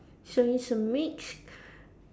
so it's a mixed